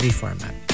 format